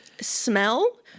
Smell